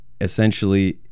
Essentially